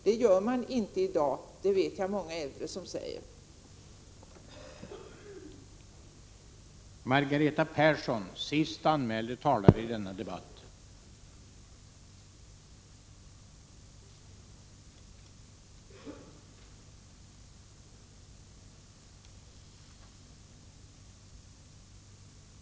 Det gör folk inte i dag — många äldre säger detta.